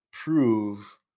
prove